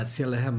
להציע להם,